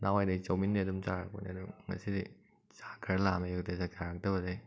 ꯅꯍꯥꯟꯋꯥꯏꯗꯩ ꯆꯧꯃꯤꯡꯟꯁꯦ ꯑꯗꯨꯝ ꯆꯥꯔꯛꯄꯅꯦ ꯑꯗꯣ ꯉꯁꯤꯗꯤ ꯆꯥꯛ ꯈꯔ ꯂꯥꯝꯃꯦꯅ ꯑꯌꯨꯛꯇꯩ ꯆꯥꯛ ꯆꯥꯔꯛꯇꯕꯗꯩ